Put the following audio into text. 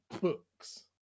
books